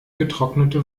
getrocknete